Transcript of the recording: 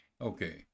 Okay